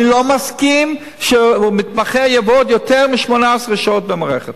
אני לא מסכים שמתמחה יעבוד יותר מ-18 שעות במערכת.